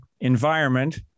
environment